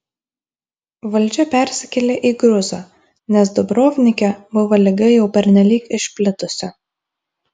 valdžia persikėlė į gruzą nes dubrovnike buvo liga jau pernelyg išplitusi